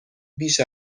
بیش